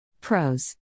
Pros